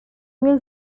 will